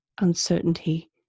uncertainty